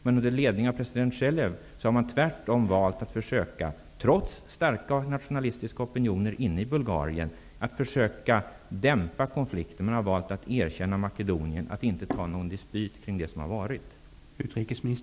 Men under ledning av president Zhelev har man tvärtom valt att, trots starka och nationalistiska opinioner inne i Bulgarien, försöka dämpa konflikten. Man har valt att erkänna Makedonien, att inte ha någon dispyt kring det som har varit.